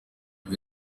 ibi